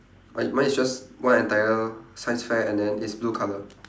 mi~ mine is just one entire science fair and then it's blue colour